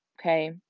Okay